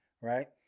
right